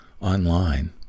online